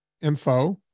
info